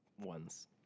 ones